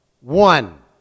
one